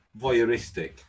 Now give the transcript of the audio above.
voyeuristic